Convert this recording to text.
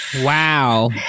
Wow